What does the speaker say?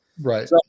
Right